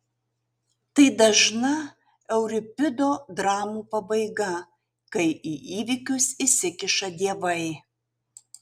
tai dažna euripido dramų pabaiga kai į įvykius įsikiša dievai